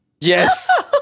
Yes